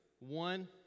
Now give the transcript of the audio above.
One